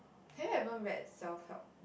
have you ever read self help